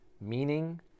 meaning